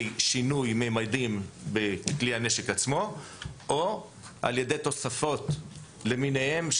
שינוי ממדים בכלי הנשק עצמו או על ידי תוספות למיניהן,